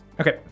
Okay